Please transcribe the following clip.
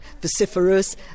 vociferous